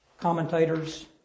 commentators